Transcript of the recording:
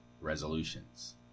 resolutions